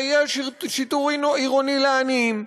זה יהיה שיטור עירוני לעניים.